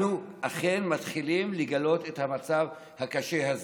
אנחנו אכן מתחילים לגלות את המצב הקשה הזה.